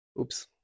oops